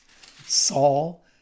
Saul